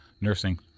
nursing